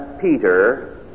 Peter